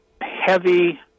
heavy